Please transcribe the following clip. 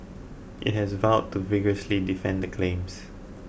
it has vowed to vigorously defend the claims